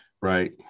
right